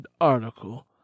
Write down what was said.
article